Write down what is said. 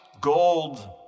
gold